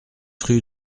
rue